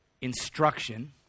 instruction